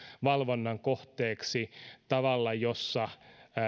valvonnan kohteeksi tavalla jossa